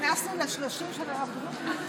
נכנסנו לשלושים של הרב דרוקמן,